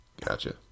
Gotcha